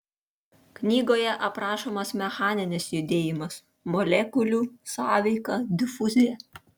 knygoje aprašomas mechaninis judėjimas molekulių sąveika difuzija